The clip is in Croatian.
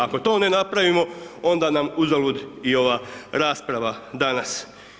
Ako to ne napravimo, onda nam uzalud i ova rasprava danas.